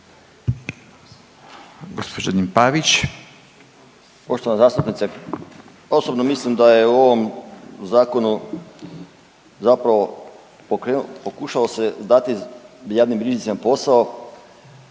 (Nezavisni)** Poštovana zastupnice osobno mislim da je u ovom zakonu zapravo pokušalo se dati javnim bilježnicima posao